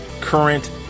current